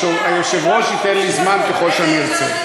כן, היושב-ראש ייתן לי זמן ככל שאני ארצה.